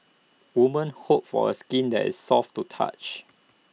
woman hope for A skin that is soft to touch